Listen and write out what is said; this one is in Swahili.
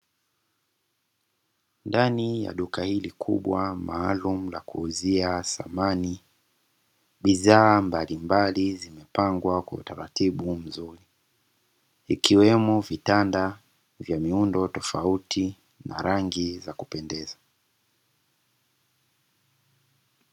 Ndani ya duka hili kubwa maalumu la kuuzia samani; bidhaa mbalimbali zimepangwa kwa utaratibu mzuri, ikiwemo vitanda vya miundo tofauti na rangi za kupendeza.